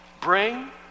bring